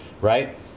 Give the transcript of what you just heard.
right